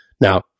now